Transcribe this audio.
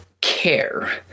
care